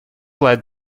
led